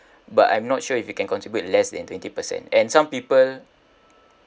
but I'm not sure if you can contribute less than twenty percent and some people